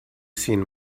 seen